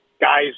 guys